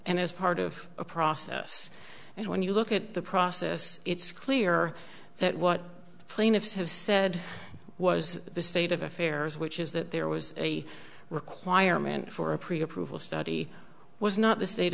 and as part of a process and when you look at the process it's clear that what the plaintiffs have said was the state of affairs which is that there was a requirement for a pre approval study was not the state